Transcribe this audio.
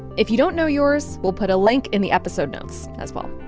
if you don't know yours, we'll put a link in the episode notes as well.